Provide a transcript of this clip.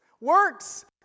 Works